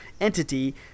entity